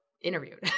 interviewed